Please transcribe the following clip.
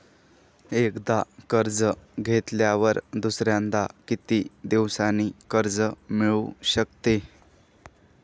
एकदा कर्ज घेतल्यावर दुसऱ्यांदा किती दिवसांनी कर्ज मिळू शकते?